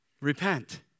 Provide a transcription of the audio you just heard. Repent